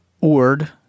Ord